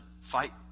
fight